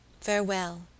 farewell